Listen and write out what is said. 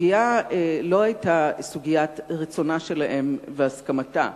הסוגיה לא היתה סוגיית רצונה של האם והסכמתה.